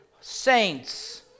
saints